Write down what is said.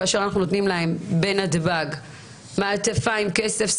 כאשר אנחנו נותנים להם בנתב"ג מעטפה עם כסף,